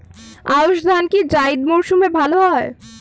আউশ ধান কি জায়িদ মরসুমে ভালো হয়?